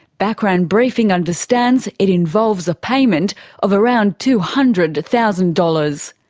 background briefing understands it involves a payment of around two hundred thousand dollars.